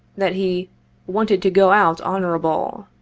that he wanted to go out honorable.